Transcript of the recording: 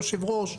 היושב-ראש,